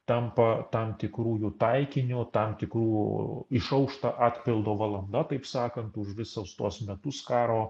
tampa tam tikru jų taikiniu tam tikrų išaušta atpildo valanda taip sakant už visus tuos metus karo